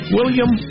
William